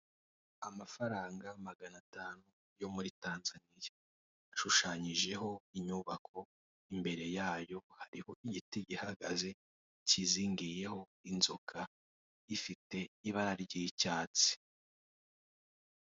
Amafaranga magana atanu yo muri Tanzaniya ashushanyijeho inyubako, imbere yayo hariho igiti gihagaze kizingiyeho inzoka ifite ibara ry'icyatsi.